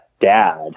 dad